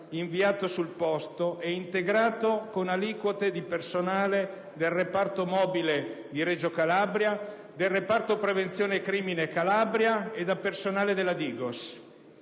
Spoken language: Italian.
inviato sul posto e integrato con aliquote di personale del reparto mobile di Reggio Calabria, del reparto prevenzione crimine Calabria e da personale della DIGOS.